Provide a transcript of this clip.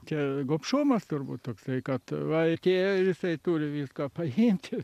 čia gopšumas turbūt toksai kad va atėjo jisai turi viską paimti